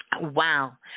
Wow